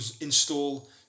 install